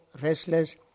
restless